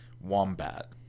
Wombat